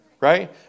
right